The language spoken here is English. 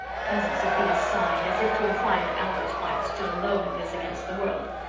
cousin sophia sighed, as if to imply that albert's wife stood alone in this against the world.